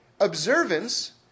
observance